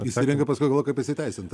įsirengia paskui galvoja kaip pasiteisint